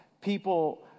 People